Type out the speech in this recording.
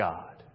God